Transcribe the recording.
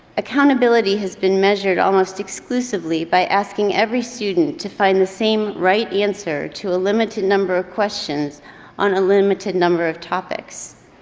accountability has been measured almost exclusively by asking every student to find the same right answer to a limited number of questions on a limited number of topics.